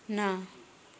ਨਾ